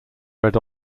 read